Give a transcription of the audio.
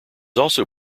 also